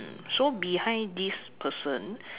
so behind this person